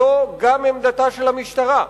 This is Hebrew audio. זו גם עמדתה של המשטרה.